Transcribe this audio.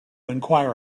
enquire